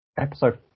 episode